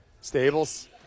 Stables